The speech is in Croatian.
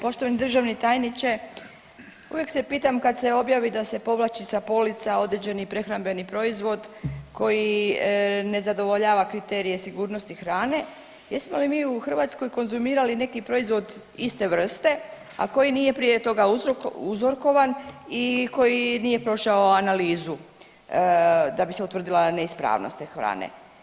Poštovani državni tajniče, uvijek se pitam, kad se objavi da se povlači sa polica određeni prehrambeni proizvod koji ne zadovoljava kriterije sigurnosti hrane jesmo li mi u Hrvatskoj konzumirali neki proizvod iste vrste, a koji nije prije toga uzorkovan i koji nije prošao analizu da bi se utvrdila neispravnost te hrane.